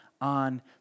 on